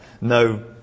no